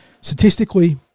statistically